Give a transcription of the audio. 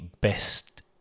best